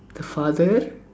the father